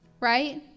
right